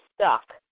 stuck